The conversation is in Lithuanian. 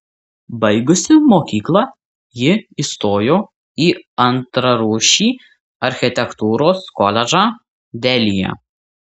baigusi mokyklą ji įstojo į antrarūšį architektūros koledžą delyje